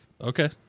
Okay